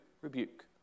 rebuke